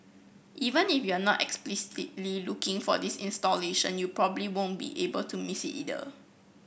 even if you are not explicitly looking for this installation you probably won't be able to miss it either